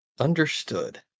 Understood